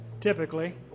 typically